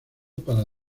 para